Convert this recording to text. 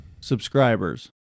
subscribers